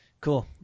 Cool